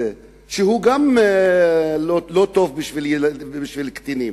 שגם הוא לא טוב לקטינים.